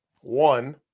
One